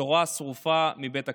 תורה שרופה מבית הכנסת.